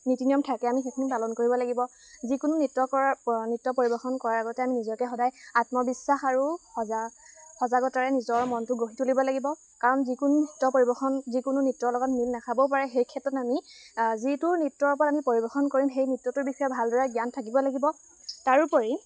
নীতি নিয়ম থাকে আমি সেইখিনি পালন কৰিব লাগিব যিকোনো নৃত্য নৃত্য পৰিৱেশন কৰাৰ আগতে আমি নিজকে সদায় আত্মবিশ্বাস আৰু সজাগ সজাগতাৰে নিজৰ মনটো গঢ়ি তুলিব লাগিব কাৰণ যিকোনো নৃত্য পৰিৱেশন যিকোনো নৃত্যৰ লগত মিল নাখাবও পাৰে সেই ক্ষেত্ৰত আমি যিটো নৃত্যৰ ওপৰত আমি পৰিৱেশন কৰিম সেই নৃত্যটোৰ বিষয়ে ভালদৰে জ্ঞান থাকিব লাগিব তাৰোপৰি